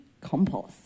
Compost